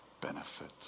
benefit